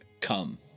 Come